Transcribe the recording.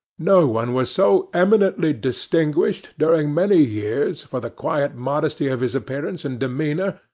no one was so eminently distinguished, during many years, for the quiet modesty of his appearance and demeanour,